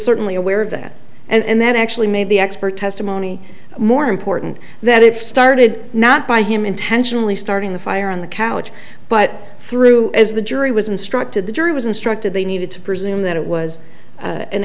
certainly aware of that and that actually made the expert testimony more important that if started not by him intentionally starting the fire on the couch but through as the jury was instructed the jury was instructed they needed to presume that it was